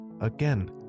again